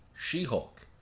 She-Hulk